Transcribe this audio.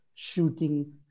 shooting